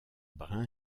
brun